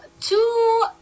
two